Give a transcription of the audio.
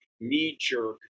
knee-jerk